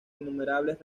innumerables